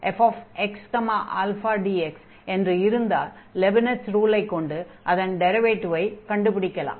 Φu1u2fxαdx என்று இருந்தால் லெபினிட்ஸ் ரூலை கொண்டு அதன் டிரைவேடிவை கண்டுபிடிக்கலாம்